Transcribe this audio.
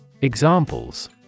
Examples